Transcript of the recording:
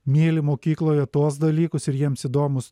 myli mokykloje tuos dalykus ir jiems įdomūs